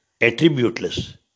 attributeless